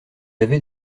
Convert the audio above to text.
avez